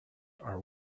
are